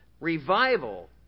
revival